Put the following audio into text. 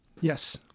Yes